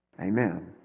Amen